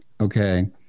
okay